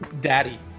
Daddy